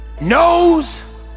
knows